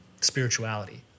spirituality